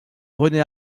rené